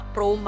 Pro